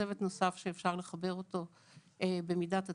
וצוות נוסף שאפשר לחבר במידת הצורך.